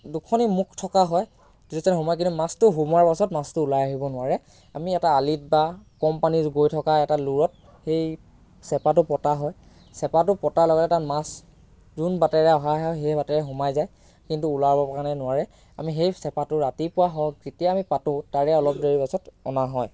দুখনি মুখ থকা হয় যেতিয়া তাত সোমাই কিন্তু মাছটো সোমোৱাৰ পিছত মাছটো ওলাই আহিব নোৱাৰে আমি এটা আলিত বা কম পানী বৈ থকা এটা লোৰত সেই চেপাটো পতা হয় চেপাটো পতাৰ লগে লগে তাত মাছ যোন বাটেৰে অহা হয় সেই বাটেৰে সোমাই যায় কিন্তু ওলাবৰ কাৰণে নোৱাৰে আমি সেই চেপাটো ৰাতিপুৱা হওঁক যেতিয়া আমি পাতোঁ তাৰে অলপ দেৰি পাছত অনা হয়